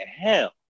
hell